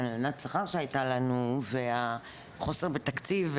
הלנת השכר שהייתה לנו והחוסר בתקציב.